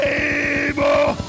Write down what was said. able